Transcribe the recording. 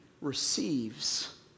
receives